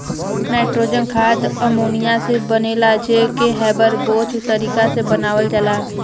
nitrogen खाद ammonia से बनेला जे के हैबर बोच तारिका से बनावल जाला